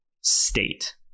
state